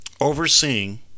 overseeing